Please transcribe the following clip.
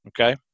okay